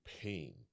pain